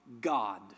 God